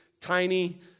tiny